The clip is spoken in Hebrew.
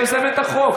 שהיא יוזמת החוק.